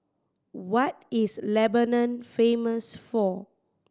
what is Lebanon famous for